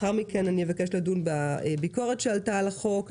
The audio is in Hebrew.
לאחר מכן אבקש לדון בביקורת שעלתה על החוק,